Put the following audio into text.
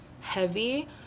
heavy